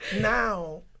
now